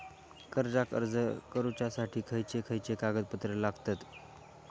कर्जाक अर्ज करुच्यासाठी खयचे खयचे कागदपत्र लागतत